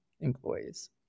employees